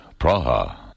Praha